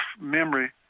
memory